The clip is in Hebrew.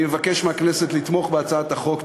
אני מבקש מהכנסת לתמוך בהצעת החוק.